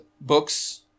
books